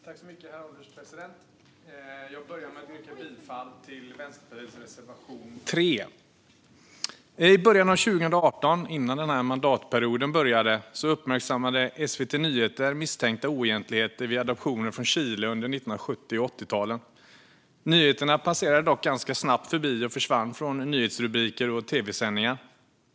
Herr ålderspresident! Jag vill börja med att yrka bifall till Vänsterpartiets reservation 3. I början av 2018, innan den här mandatperioden började, uppmärksammade SVT Nyheter misstänkta oegentligheter vid adoptioner från Chile under 1970 och 1980-talen. Nyheten passerade dock ganska snabbt och försvann från nyhetsrubriker och tv-sändningar.